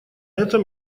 этом